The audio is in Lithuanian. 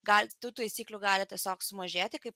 tų taisyklių gali tiesiog sumažėti kaip